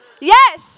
Yes